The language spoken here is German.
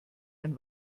ein